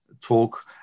talk